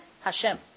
Hashem